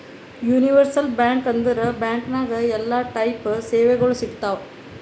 universal bank ಅಂದುರ್ bank ನಾಗ್ ಎಲ್ಲಾ ಟೈಪ್ ಸೇವೆಗೊಳ್ ಸಿಗ್ತಾವ್